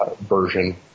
version